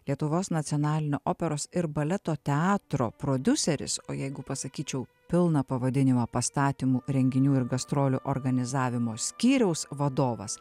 lietuvos nacionalinio operos ir baleto teatro prodiuseris o jeigu pasakyčiau pilną pavadinimą pastatymų renginių ir gastrolių organizavimo skyriaus vadovas